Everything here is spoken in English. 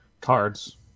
Cards